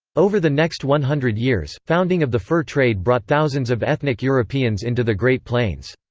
over the next one hundred years, founding of the fur trade brought thousands of ethnic europeans into the great plains.